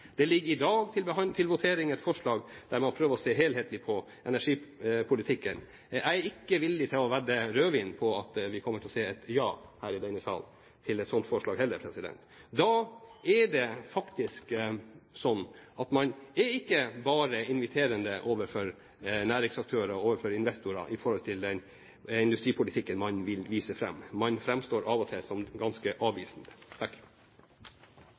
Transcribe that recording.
Det ligger i dag til votering et forslag der man prøver å se helhetlig på energipolitikken. Jeg er ikke villig til å vedde rødvin på at vi kommer til å se et ja her i denne salen til et sånt forslag heller. Da er det faktisk slik at man ikke bare er inviterende overfor næringsaktører og overfor investorer i forhold til den industripolitikken man vil vise fram. Man framstår av og til som ganske avvisende.